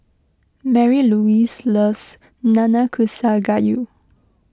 Marylouise loves Nanakusa Gayu